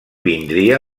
vindria